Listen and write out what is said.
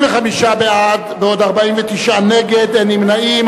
25 בעד, בעוד 49 נגד, אין נמנעים.